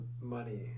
money